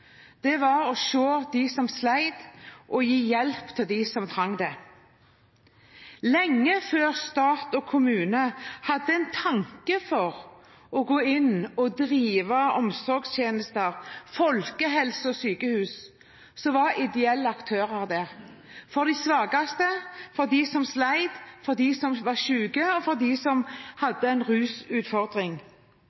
Det var å se dem som slet, og gi hjelp til dem som trengte det. Lenge før stat og kommune hadde en tanke for å gå inn og drive omsorgstjenester, folkehelse og sykehus, var ideelle aktører der – for de svakeste, for dem som slet, for dem som var syke, og for dem som